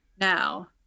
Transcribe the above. now